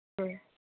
हाँ